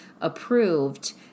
approved